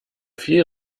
viel